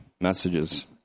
messages